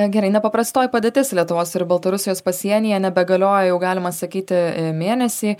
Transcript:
gerai nepaprastoji padėtis lietuvos ir baltarusijos pasienyje nebegalioja jau galima sakyti mėnesį